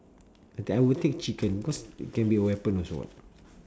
okay I would take chicken because it can be a weapon also [what]